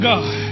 God